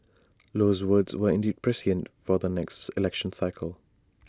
Low's words were indeed prescient for the next election cycle